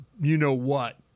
you-know-what